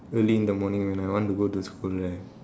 early in the morning when I want to go to school right